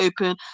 open